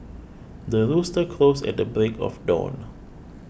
the rooster crows at the break of dawn